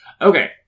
Okay